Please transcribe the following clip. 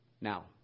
Now